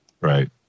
Right